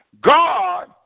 God